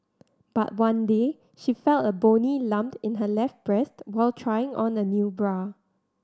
but one day she felt a bony lump in her left breast while trying on a new bra